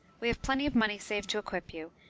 we have plenty of money saved to equip you,